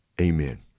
amen